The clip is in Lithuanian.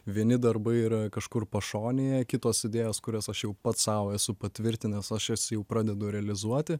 vieni darbai yra kažkur pašonėje kitos idėjos kurias aš jau pats sau esu patvirtinęs aš jas jau pradedu realizuoti